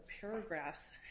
paragraphs